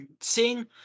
seeing